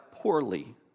Poorly